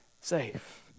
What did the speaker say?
safe